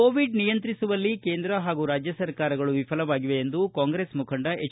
Covid ನಿಯಂತ್ರಿಸುವಲ್ಲಿ ಕೇಂದ್ರ ಹಾಗೂ ರಾಜ್ಯ ಸರ್ಕಾರಗಳು ವಿಫಲವಾಗಿವೆ ಎಂದು ಕಾಂಗ್ರೆಸ್ ಮುಖಂಡ ಎಚ್